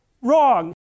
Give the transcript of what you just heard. wrong